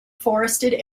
forested